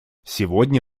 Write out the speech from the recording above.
сегодня